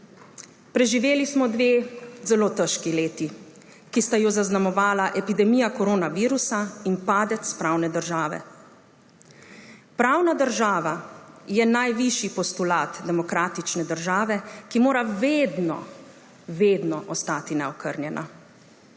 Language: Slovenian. Preživeli smo dve zelo težki leti, ki sta ju zaznamovala epidemija koronavirusa in padec pravne države. Pravna država je najvišji postulat demokratične države, ki mora vedno vedno ostati neokrnjena.